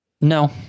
No